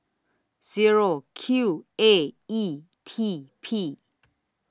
Zero Q A E T P